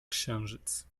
księżyc